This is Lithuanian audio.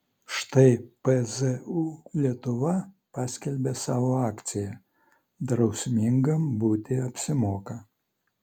štai pzu lietuva paskelbė savo akciją drausmingam būti apsimoka